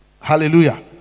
Hallelujah